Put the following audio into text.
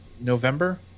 November